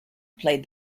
played